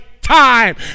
time